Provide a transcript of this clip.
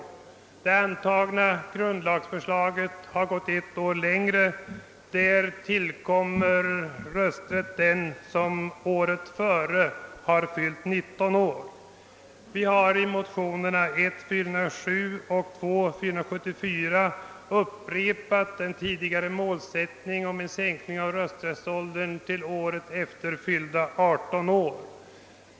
Enligt de nyligen antagna grundlagsändringarna går man ännu ett steg längre — rösträtt skall framdeles inträda året efter fyllda 19 år. I de likalydande motionerna I: 407 och II: 474 har vi upprepat önskemålet om en sänkning av rösträttsåldern till året efter fyllda 18 år.